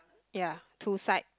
yes two side